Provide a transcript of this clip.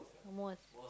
almost